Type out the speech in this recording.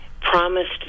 promised